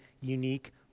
unique